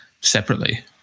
separately